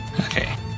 Okay